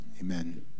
Amen